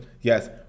Yes